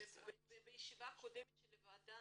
בישיבה הקודמת של הוועדה